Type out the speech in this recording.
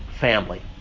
family